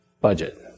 budget